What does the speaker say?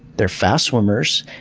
they're fast swimmers,